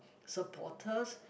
supporters